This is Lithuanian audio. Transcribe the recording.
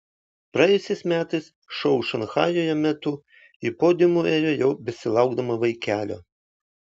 praėjusiais metais šou šanchajuje metu ji podiumu ėjo jau besilaukdama vaikelio